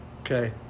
Okay